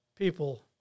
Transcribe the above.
people